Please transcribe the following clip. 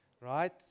right